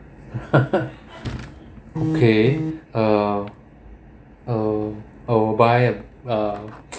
okay uh uh or buy(uh)